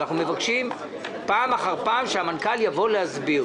אנחנו מבקשים פעם אחר פעם שהמנכ"ל יבוא להסביר.